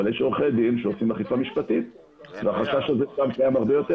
אבל יש עורכי דין שעושים אכיפה משפטית והחשש הזה שם קיים הרבה יותר.